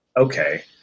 okay